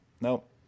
Nope